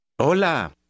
Hola